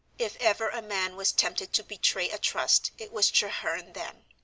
if ever a man was tempted to betray a trust it was treherne then.